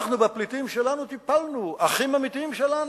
אנחנו בפליטים שלנו טיפלנו, אחים אמיתיים שלנו,